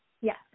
Yes